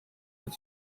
wird